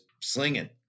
slinging